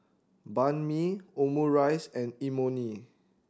Banh Mi Omurice and Imoni